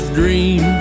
dream